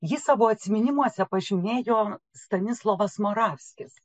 jį savo atsiminimuose pažymėjo stanislovas moravskis